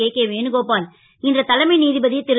KK Venugopal இன்று தலைமை நீ ப ரு